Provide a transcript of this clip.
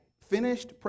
finished